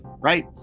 right